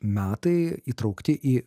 metai įtraukti į